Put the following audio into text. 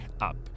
up